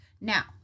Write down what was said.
Now